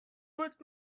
put